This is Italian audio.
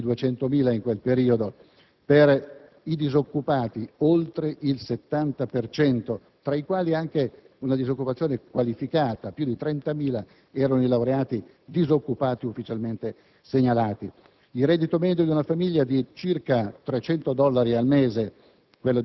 (più di 200.000 in quel periodo) e per i disoccupati (oltre il 70 per cento), tra i quali si registrava anche una disoccupazione qualificata (più di 30.000 erano i laureati disoccupati ufficialmente segnalati). Il reddito medio di una famiglia palestinese è di circa 300 dollari al mese;